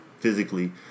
physically